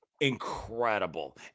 incredible